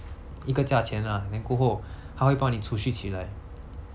一个价钱 lah then 过后它会帮你储蓄起来